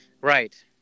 Right